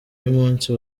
y’umunsi